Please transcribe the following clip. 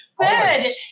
good